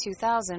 2000